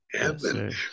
heaven